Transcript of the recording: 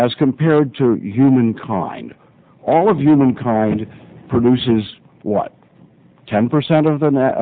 as compared to humankind all of humankind produces what ten percent of the